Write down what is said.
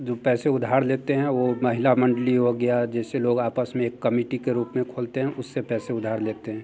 जो पैसे उधार लेते हैं वो महिला मंडली हो गया जिसे लोग आपस में एक कमीटी के खोलते हैं उससे पैसे उधार लेते हैं